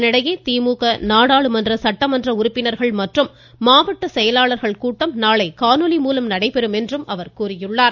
இதனிடையே திமுக நாடாளுமன்ற சட்டமன்ற உறுப்பினர்கள் மற்றும் மாவட்ட செயலாளர்கள் கூட்டம் நாளை காணொலி மூலம் நடைபெறும் என்றும் அவர் கூறியுள்ளார்